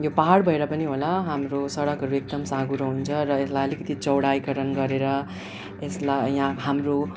यो पाहाड भएर पनि होला हाम्रो सडकहरू एकदम साँघुरो हुन्छ र यसलाई अलिकति चौडाइकरण गरेर यसलाई यहाँ हाम्रो